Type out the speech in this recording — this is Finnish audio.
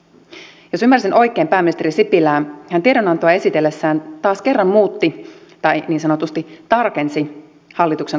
jos ymmärsin oikein pääministeri sipilää hän tiedonantoa esitellessään taas kerran muutti tai niin sanotusti tarkensi hallituksen kantaa lomarahoista